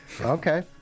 okay